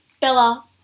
Bella